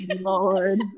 lord